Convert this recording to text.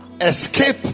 escape